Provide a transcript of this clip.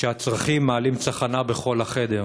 כשהצרכים מעלים צחנה בכל החדר.